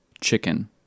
chicken